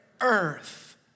earth